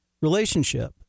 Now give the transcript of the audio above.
relationship